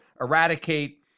eradicate